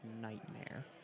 nightmare